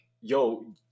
yo